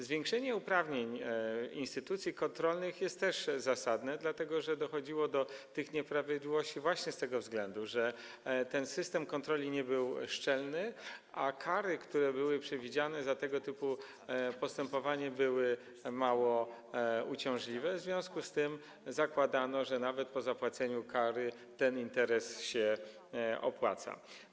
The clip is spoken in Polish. Zwiększenie uprawnień instytucji kontrolnych też jest zasadne, dlatego że dochodziło do tych nieprawidłowości właśnie z tego względu, że ten system kontroli nie był szczelny, a kary, które były przewidziane za tego typu postępowanie, były mało uciążliwe, w związku z tym zakładano, że nawet po zapłaceniu kary ten interes się opłaca.